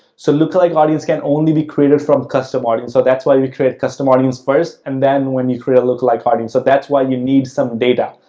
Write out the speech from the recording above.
so, lookalike audience can only be created from custom audience. so, that's why we create custom audience first and then when you create a lookalike audience. so, that's why you need some data.